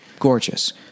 Gorgeous